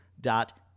dot